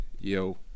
Yo